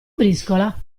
briscola